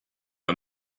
are